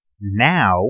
now